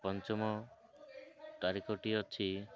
ପଞ୍ଚମ ତାରିଖଟି ଅଛି